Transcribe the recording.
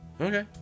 Okay